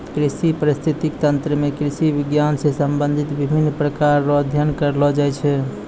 कृषि परिस्थितिकी तंत्र मे कृषि विज्ञान से संबंधित विभिन्न प्रकार रो अध्ययन करलो जाय छै